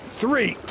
three